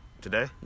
today